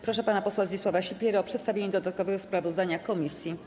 Proszę pana posła Zdzisława Sipierę o przedstawienie dodatkowego sprawozdania komisji.